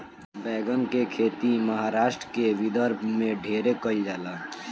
बैगन के खेती महाराष्ट्र के विदर्भ में ढेरे कईल जाला